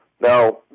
now